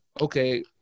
okay